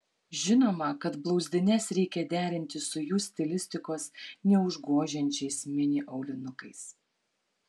žinoma kad blauzdines reikia derinti su jų stilistikos neužgožiančiais mini aulinukais